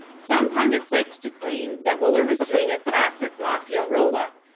some pundits liked to claim that mueller was doing a classic mafia roll-up,